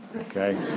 Okay